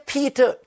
Peter